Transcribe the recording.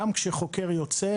גם כשחוקר יוצא,